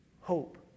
hope